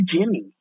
Jimmy